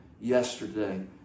yesterday